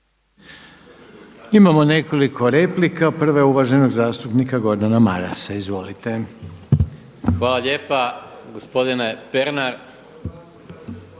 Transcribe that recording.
Imamo nekoliko replika. Prva je uvaženog zastupnika Gordana Marasa. Izvolite. **Maras, Gordan (SDP)**